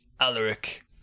Alaric